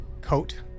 coat